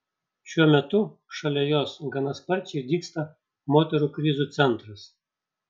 šiuo metu šalia jos gana sparčiai dygsta moterų krizių centras